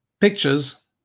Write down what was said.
Pictures